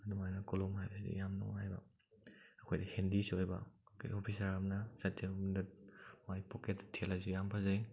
ꯑꯗꯨꯝ ꯍꯥꯏꯅ ꯀꯣꯂꯣꯝ ꯍꯥꯏꯕꯁꯤꯗꯤ ꯌꯥꯝ ꯅꯨꯡꯉꯥꯏꯕ ꯑꯩꯈꯣꯏꯗ ꯍꯦꯟꯗꯤꯁꯨ ꯑꯣꯏꯕ ꯀꯔꯤꯒꯨꯝꯕ ꯑꯣꯐꯤꯁꯥꯔ ꯑꯃꯅ ꯆꯠꯇꯧꯔꯤꯕ ꯃꯐꯝꯗ ꯃꯍꯥꯛꯀꯤ ꯄꯣꯀꯦꯠꯇ ꯊꯦꯠꯂꯁꯨ ꯌꯥꯝ ꯐꯖꯩ